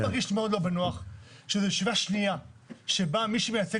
אני מרגיש מאוד לא בנוח שזאת ישיבה שנייה שבה מי שמייצג